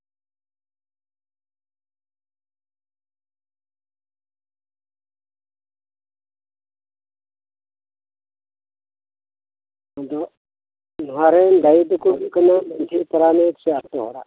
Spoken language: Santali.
ᱟᱫᱚ ᱱᱚᱣᱟᱨᱮᱱ ᱫᱟᱹᱭᱤ ᱫᱚᱠᱚ ᱦᱩᱭᱩᱜ ᱠᱟᱱᱟ ᱢᱟᱹᱡᱷᱤ ᱯᱟᱨᱟᱱᱤᱠ ᱥᱮ ᱟᱹᱛᱳ ᱦᱚᱲᱟᱜ